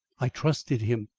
i trusted him.